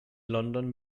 london